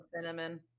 Cinnamon